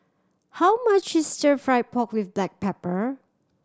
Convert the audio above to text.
how much is Stir Fried Pork With Black Pepper